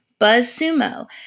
BuzzSumo